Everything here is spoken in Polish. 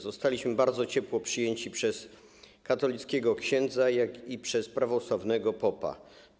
Zostaliśmy bardzo ciepło przyjęci przez katolickiego księdza, jak i przez prawosławnego popa.